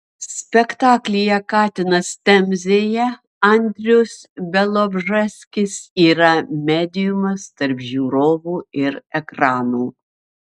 spektaklyje katinas temzėje andrius bialobžeskis yra mediumas tarp žiūrovų ir ekrano